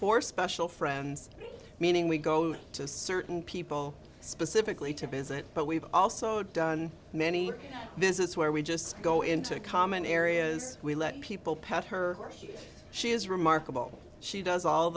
four special friends meaning we go to certain people specifically to visit but we've also done many this is where we just go into common areas we let people pet her she is remarkable she does all